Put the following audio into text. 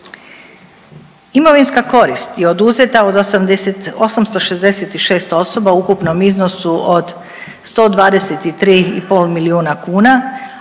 Imovinska korist je oduzeta od 866 osoba u ukupnom iznosu od 123 i pol milijuna kuna,